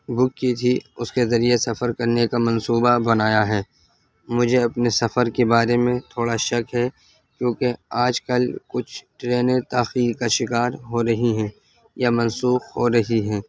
بک کی تھی اس کے ذریعہ سفر کرنے کا منصوبہ بنایا ہے مجھے اپنے سفر کے بارے میں تھوڑا شک ہے کیونکہ آج کل کچھ ٹرینیں تاخییر کا شکار ہو رہی ہیں یا منسوخ ہو رہی ہیں